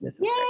yay